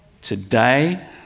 today